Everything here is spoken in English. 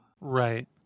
right